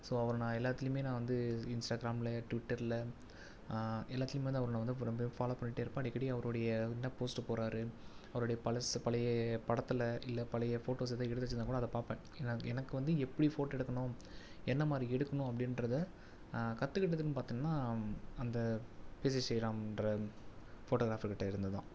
so அவரை நான் எல்லாத்துலையுமே நான் வந்து இன்ஸ்டாகிராமில் டுவிட்டரில் எல்லாத்துலையுமே வந்து அவரை வந்து ரொம்பவே ஃபாலோ பண்ணிகிட்டே இருப்பேன் அடிக்கடி அவருடைய என்ன போஸ்ட் போடறாரு அவருடைய பழசு பழைய படத்தில் இல்லை பழைய ஃபோட்டோஸ் ஏதோ இருந்துச்சுன்னா கூட அதை பார்ப்பேன் ஏன்னால் எனக்கு வந்து எப்படி ஃபோட்டோ எடுக்கணும் என்ன மாதிரி எடுக்கணும் அப்படின்றத கத்துக்கிட்டதுன்னு பார்த்தோம்னா அந்த பி சி ஸ்ரீராம்ன்ற ஃபோட்டோகிராஃபர்கிட்டே இருந்துதான்